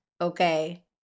okay